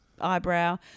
eyebrow